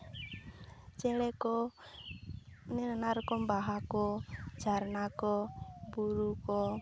ᱪᱮᱬᱮ ᱠᱚ ᱱᱟᱱᱟ ᱨᱚᱠᱚᱢ ᱵᱟᱦᱟ ᱠᱚ ᱡᱷᱟᱨᱱᱟ ᱠᱚ ᱵᱩᱨᱩ ᱠᱚ